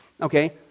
okay